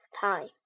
time